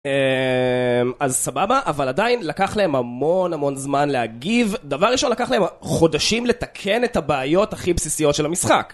אההה... אז סבבה, אבל עדיין לקח להם המון המון זמן להגיב דבר ראשון, לקח להם חודשים לתקן את הבעיות הכי בסיסיות של המשחק